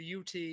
UT